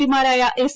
പിമാരായ S